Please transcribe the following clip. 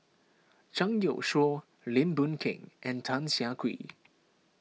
Zhang Youshuo Lim Boon Keng and Tan Siah Kwee